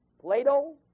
Plato